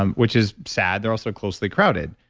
um which is sad. they're also closely crowded.